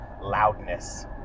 loudness